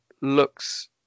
looks